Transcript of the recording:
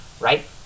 right